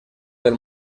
del